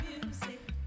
Music